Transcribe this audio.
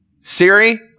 Siri